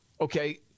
Okay